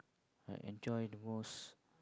I enjoy most